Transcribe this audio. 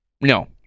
No